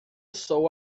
sou